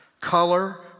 color